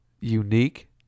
unique